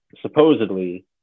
supposedly